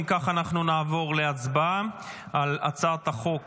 אם כך, אנחנו נעבור להצבעה על הצעת חוק